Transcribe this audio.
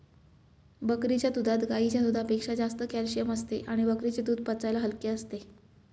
बकरीच्या दुधात गाईच्या दुधापेक्षा जास्त कॅल्शिअम असते आणि बकरीचे दूध पचायला हलके असते